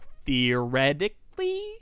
theoretically